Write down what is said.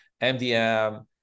MDM